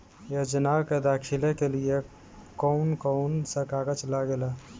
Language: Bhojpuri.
योजनाओ के दाखिले के लिए कौउन कौउन सा कागज लगेला?